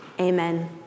Amen